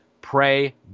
Pray